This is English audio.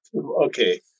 okay